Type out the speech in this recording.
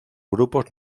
grupos